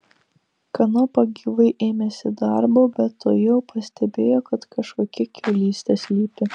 kanopa gyvai ėmėsi darbo bet tuojau pastebėjo kad kažkokia kiaulystė slypi